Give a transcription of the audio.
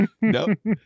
nope